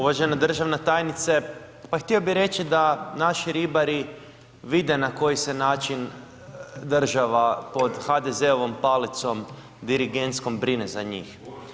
Uvažena državna tajnice, pa htio bih reći da naši ribari vide na koji se način država pod HDZ-ovom palicom dirigentskom brine za njih.